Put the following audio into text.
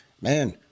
Man